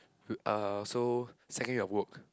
uh so second day of work